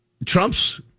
Trump's